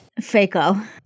Faco